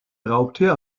raubtier